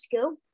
school